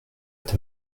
est